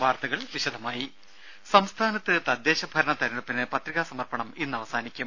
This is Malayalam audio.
വാർത്തകൾ വിശദമായി സംസ്ഥാനത്ത് തദ്ദേശ ഭരണ തെരഞ്ഞെടുപ്പിന് പത്രികാസമർപ്പണം ഇന്ന് അവസാനിക്കും